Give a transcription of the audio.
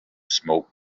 smoke